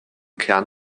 kern